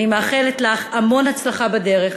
אני מאחלת לך המון הצלחה בדרך.